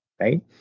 Right